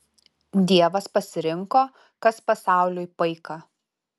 dievas pasirinko kas pasauliui paika